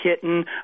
Kitten